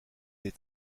des